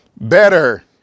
Better